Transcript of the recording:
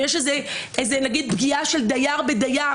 אם יש איזו פגיעה של דייר בדייר,